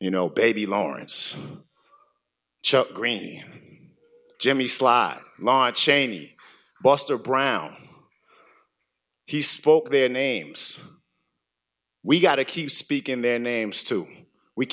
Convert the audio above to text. you know baby lawrence chuck green jimmy slot ma chaney buster brown he spoke their names we got to keep speaking their names too we